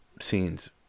scenes